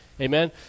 amen